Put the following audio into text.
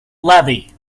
levy